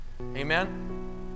Amen